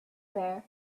there